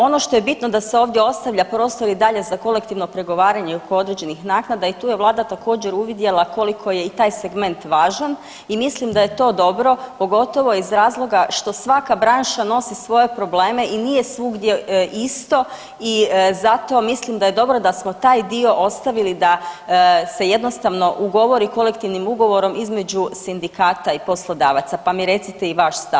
Ono što je bitno, da se ovdje ostavlja prostor i dalje za kolektivno pregovaranje oko određenih naknada i tu je Vlada također uvidjela koliko je i taj segment važan i mislim da je to dobro pogotovo iz razloga što svaka branša nosi svoje probleme i nije svugdje isto i zato mislim da je dobro da smo taj dio ostavili da se jednostavno ugovori kolektivnim ugovorom između sindikata i poslodavaca pa mi recite i vaš stav o tome.